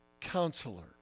counselor